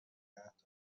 دارد